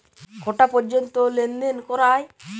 কটা পর্যন্ত লেন দেন করা য়ায়?